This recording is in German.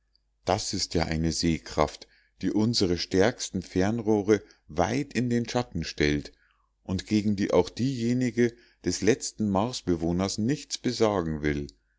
das ist ja eine sehkraft die unsere stärksten fernrohre weit in den schatten stellt und gegen die auch diejenige des letzten marsbewohners nichts besagen will